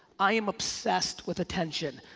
i am obsessed with attention.